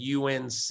UNC